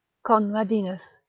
conradinus,